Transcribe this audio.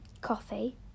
Coffee